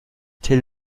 till